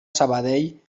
sabadell